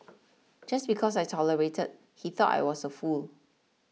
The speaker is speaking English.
just because I tolerated he thought I was a fool